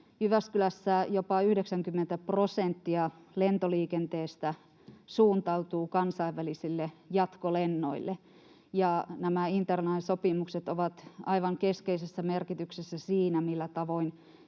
Jyväskylästä jopa 90 prosenttia lentoliikenteestä suuntautuu kansainvälisille jatkolennoille. Nämä interline-sopimukset ovat aivan keskeisessä merkityksessä siinä, millä tavoin